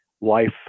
life